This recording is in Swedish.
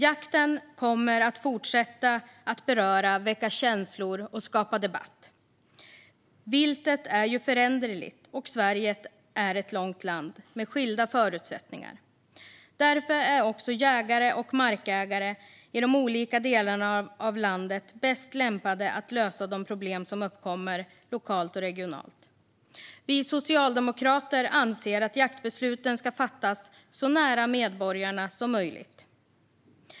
Jakten kommer att fortsätta att beröra, väcka känslor och skapa debatt. Viltet är föränderligt, och Sverige är ett långt land med skilda förutsättningar. Därför är också jägare och markägare i de olika delarna av landet bäst lämpade att lösa de problem som uppkommer lokalt och regionalt. Vi socialdemokrater anser att jaktbesluten ska fattas så nära medborgarna som möjligt.